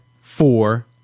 four